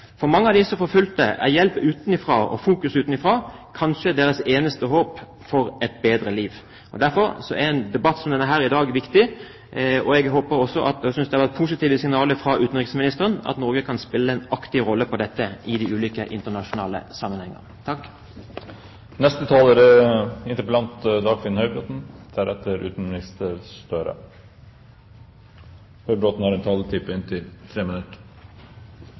For mange av de forfulgte er hjelp og fokus utenfra kanskje deres eneste håp for et bedre liv. Derfor er en debatt som denne i dag viktig. Jeg synes det har kommet positive signaler fra utenriksministeren om at Norge kan spille en aktiv rolle her i de ulike internasjonale sammenhenger. La meg takke utenriksministeren og dine kolleger her i stortingssalen for en debatt som er